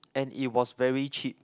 and it was very cheap